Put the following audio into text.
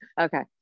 Okay